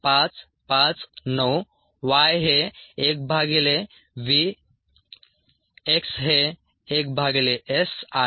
4559 y हे 1 भागिले v x हे 1 भागिले s आहे